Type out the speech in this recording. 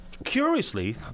Curiously